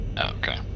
okay